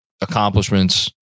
accomplishments